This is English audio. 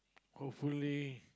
hopefully